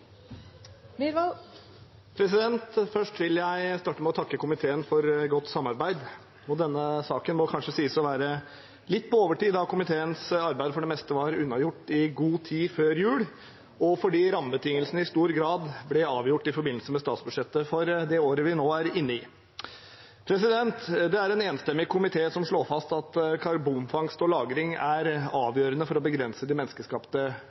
vil starte med å takke komiteen for godt samarbeid. Denne saken må kanskje sies å være litt på overtid, da komiteens arbeid for det meste var unnagjort i god tid før jul, og fordi rammebetingelsene i stor grad ble avgjort i forbindelse med statsbudsjettet for det året vi nå er inne i. Det er en enstemmig komité som slår fast at karbonfangst og -lagring er avgjørende for å begrense de menneskeskapte